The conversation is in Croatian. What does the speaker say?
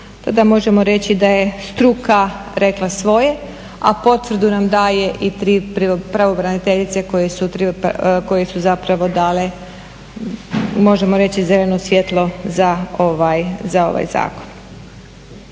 možemo reći da je struka rekla svoje, a potvrdu nam daju i tri pravobraniteljice koje su dale možemo reći zeleno svjetlo za ovaj zakon.